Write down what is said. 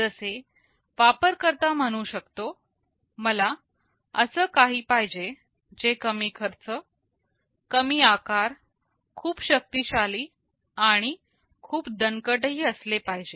जसे वापरकर्ता म्हणू शकतो मला असं काही पाहिजे जे कमी खर्च कमी आकार खूप शक्तीशाली आणि खूप दणकट ही असले पाहिजे